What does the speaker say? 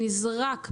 נזרק,